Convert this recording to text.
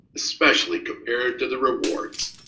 especially compared to the rewards.